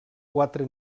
quatre